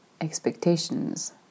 expectations